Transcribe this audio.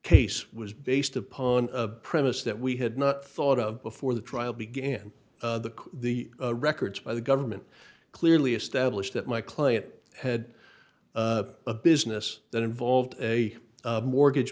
case was based upon a premise that we had not thought of before the trial began the the records by the government clearly established that my client had a business that involved a mortgage